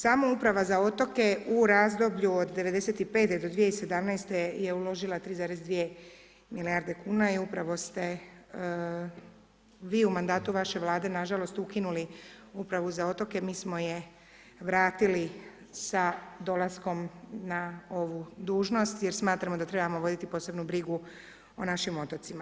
Samo Uprava za otoke u razdoblju od 1995. do 2017. je uložila 3,2 milijarde kuna i upravo ste vi u mandatu vaše vlade nažalost ukinuli Upravu za otoke, mi smo je vratili sa dolaskom na ovu dužnost jer smatramo da trebamo voditi posebnu brigu o našim otocima.